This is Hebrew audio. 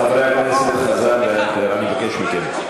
חברי הכנסת חזן ואייכלר, אני מבקש מכם.